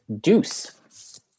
Deuce